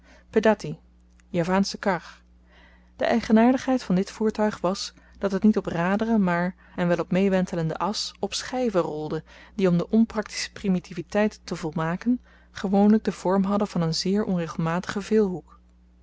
javaansche kar de eigenaardigheid van dit voertuig was dat het niet op raderen maar en wel op meewentelenden as op schyven rolde die om de onpraktische primitiviteit te volmaken gewoonlyk den vorm hadden van n zeer onregelmatigen